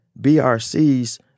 BRC's